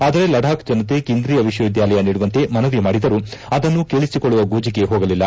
ಆದರೆ ಲಡಾಖ್ ಜನತೆ ಕೇಂದ್ರೀಯ ವಿಶ್ವವಿದ್ಯಾಲಯ ನೀಡುವಂತೆ ಮನವಿ ಮಾಡಿದರೂ ಅದನ್ನು ಕೇಳಿಸಿಕೊಳ್ಳುವ ಗೋಜಿಗೆ ಹೋಗಲಿಲ್ಲ